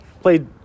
played